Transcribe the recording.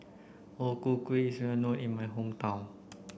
O Ku Kueh is well known in my hometown